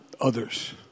others